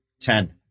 Ten